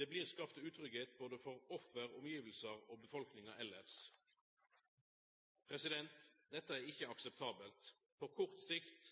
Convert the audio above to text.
Det blir skapt utryggleik både for offer, for befolkninga elles og for omgivnader. Dette er ikkje akseptabelt. På kort sikt